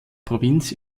provinz